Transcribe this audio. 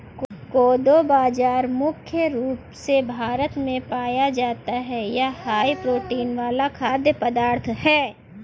कोदो बाजरा मुख्य रूप से भारत में पाया जाता है और यह हाई प्रोटीन वाला खाद्य पदार्थ है